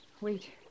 Wait